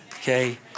Okay